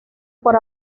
por